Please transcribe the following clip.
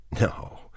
No